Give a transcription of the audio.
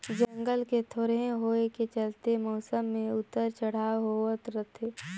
जंगल के थोरहें होए के चलते मउसम मे उतर चढ़ाव होवत रथे